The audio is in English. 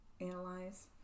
analyze